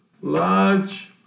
large